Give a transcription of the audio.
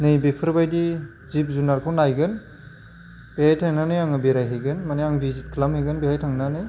नै बेफोरबायदि जिब जुनारखौ नायगोन बेहाय थांनानै आङो बेराय हैगोन मानि आं भिजिट खालाम हैगोन बेहाय थांनानै